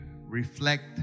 reflect